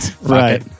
Right